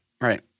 Right